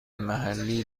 محلی